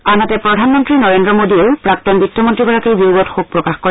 আনহাতে প্ৰধানমন্ত্ৰী নৰেজ্ৰ মোডীয়েও প্ৰাক্তন বিত্তমন্ৰীগৰাকীৰ বিয়োগত শোকপ্ৰকাশ কৰে